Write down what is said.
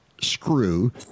screw